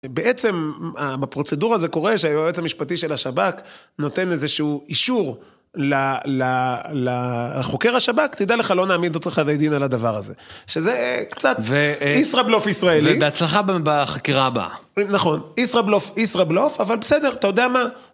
בעצם בפרוצדורה זה קורה שהיועץ המשפטי של השב"כ נותן איזשהו אישור לחוקר השב"כ, תדע לך, לא נעמיד אותך לדין על הדבר הזה, שזה קצת ישראבלוף ישראלי. ובהצלחה בחקירה הבאה. נכון, ישראבלוף, ישראבלוף, אבל בסדר, אתה יודע מה...